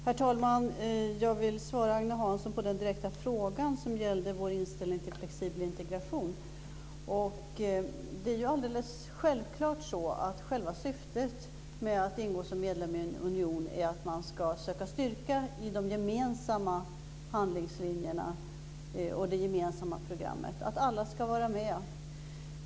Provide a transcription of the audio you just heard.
Herr talman! Jag vill svara Agne Hansson på den direkta frågan som gällde vår inställning till flexibel integration. Syftet med att ingå som medlem i en union är att man ska söka styrka i de gemensamma handlingslinjerna och det gemensamma programmet, att alla ska vara med.